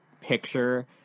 picture